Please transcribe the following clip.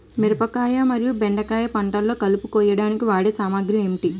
మిరపకాయ మరియు బెండకాయ పంటలో కలుపు కోయడానికి వాడే సామాగ్రి ఏమిటి?